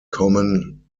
common